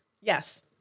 Yes